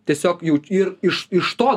tiesiog jau ir iš iš to